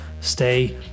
Stay